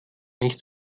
nicht